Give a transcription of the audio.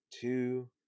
two